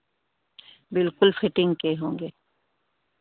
बिल्कुल फिटिंग के होंगे